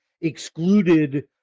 excluded